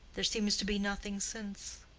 there seems to be nothing since.